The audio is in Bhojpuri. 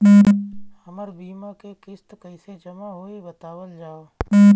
हमर बीमा के किस्त कइसे जमा होई बतावल जाओ?